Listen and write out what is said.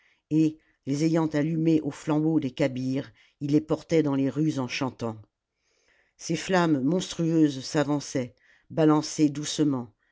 et les ayant allumés aux flambeaux des kabjres ils les portaient dans les rues en chantant ces flammes monstrueuses s'avançaient balancées doucement